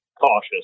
cautious